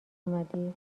اومدی